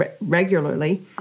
regularly